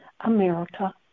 America